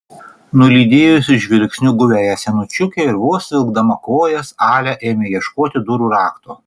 nulydėjusi žvilgsniu guviąją senučiukę ir vos vilkdama kojas alia ėmė ieškoti durų rakto